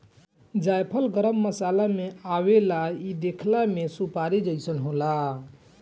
जायफल गरम मसाला में आवेला इ देखला में सुपारी जइसन होला